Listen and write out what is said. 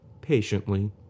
patiently